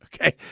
okay